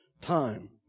time